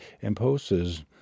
imposes